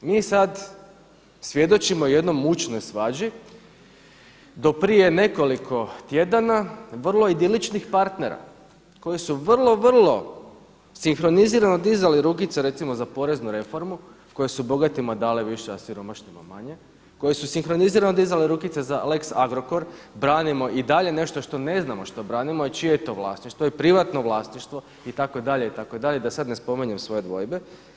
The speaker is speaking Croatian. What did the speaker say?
Mi sada svjedočimo jednoj mučnoj svađi do prije nekoliko tjedana vrlo idiličnih partnera koji su vrlo, vrlo sinkronizirano dizali rukice recimo za poreznu reformu koji su bogatima dali više a siromašnima manje, koji su sinkronizirano dizali rukice za lex Agrokor, branimo i dalje nešto što ne znamo što branimo i čije je to vlasništvo, to je privatno vlasništvo itd., da sada ne spominjem svoje dvojbe.